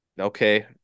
okay